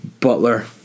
Butler